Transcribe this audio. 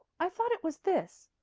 i thought it was this,